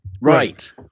Right